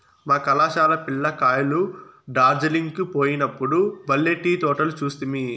మా కళాశాల పిల్ల కాయలు డార్జిలింగ్ కు పోయినప్పుడు బల్లే టీ తోటలు చూస్తిమి